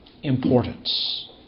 importance